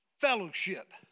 fellowship